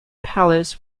palace